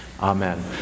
Amen